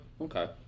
Okay